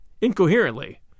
incoherently